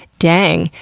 dang,